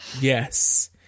Yes